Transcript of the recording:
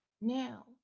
now